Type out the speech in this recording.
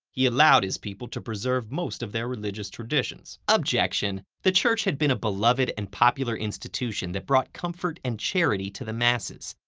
he allowed his people to preserve most of their religious traditions. prosecutor objection! the church had been a beloved and popular institution that brought comfort and charity to the masses.